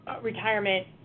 retirement